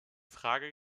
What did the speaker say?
frage